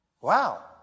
Wow